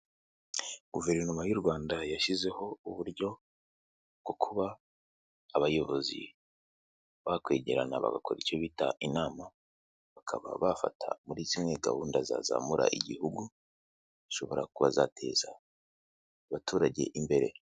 Guverinoma y'u Rwanda yashyizeho uburyo bwo kuba abayobozi bakwegerana bagakora icyo bita inama bakaba bafata muri za gahunda zazamura igihugu zishobora kuba zateza abaturage imbere.